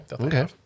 Okay